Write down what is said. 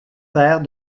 père